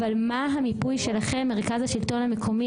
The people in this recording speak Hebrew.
אבל מה המיפוי שלכם, מרכז השלטון המקומי?